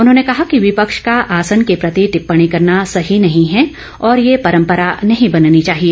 उन्होंने कहा कि विपक्ष का आसन के प्रति टिप्पणी करना सही नहीं है और यह परंपरा नहीं बननी चाहिए